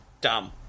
dumb